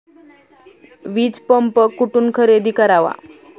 वीजपंप कुठून खरेदी करावा?